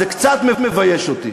זה קצת מבייש אותי.